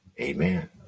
Amen